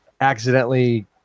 accidentally